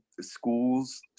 schools